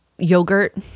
yogurt